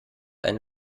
eine